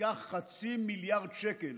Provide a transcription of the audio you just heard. ייקח חצי מיליארד שקל